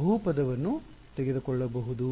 ಬಹುಪದವನ್ನು ತೆಗೆದುಕೊಳ್ಳಬಹುದು